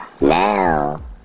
Now